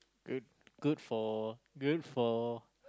good good for good for